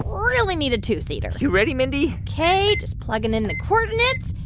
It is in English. really need a two-seater you ready, mindy? ok. just plugging in the coordinates.